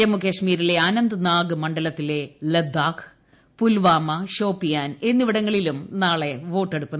ജമ്മുകാശ്മീരിലെ അനന്ത്നാഗ് മണ്ഡലത്തിലെ ലഡാക്ക് പുൽവാമ ഷോപ്പിയാൻ എന്നിവിടങ്ങളിലും ഇന്നായിരുന്നു വോട്ടെടുപ്പ്